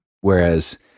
Whereas